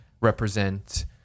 represent